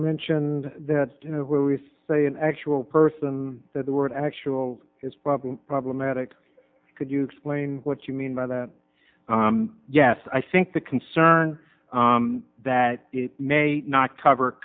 mentioned that you know where we say an actual person that the word actual is probably problematic could you explain what you mean by that yes i think the concern that it may not cover